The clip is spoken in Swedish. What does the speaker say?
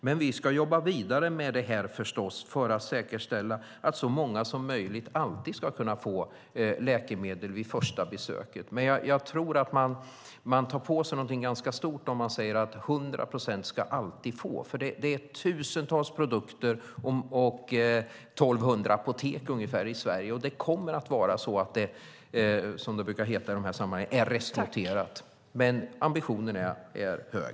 Vi ska förstås jobba vidare med detta för att säkerställa att så många som möjligt ska kunna få läkemedel vid första besöket. Jag tror dock att man tar på sig något ganska stort om man säger att 100 procent alltid ska få, för det är tusentals produkter och 1 200 apotek i Sverige. Det kommer alltid att finnas det som är restnoterat. Ambitionen är dock hög.